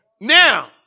Now